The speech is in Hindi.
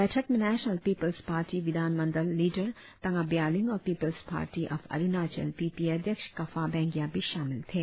बैठक में नेशनल पीपूल्स पार्टी विधान मंडल लीडर तांगा ब्यालींग और people's party of Arunachal P P A अध्यक्ष काफा बेंगिया भी शामिल थे